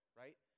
right